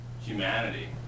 humanity